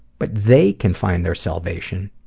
but they can find their salvation,